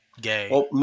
gay